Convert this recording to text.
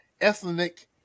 ethnic